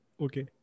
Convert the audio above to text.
Okay